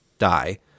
die